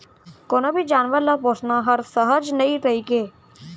कोनों भी जानवर ल पोसना हर सहज नइ रइगे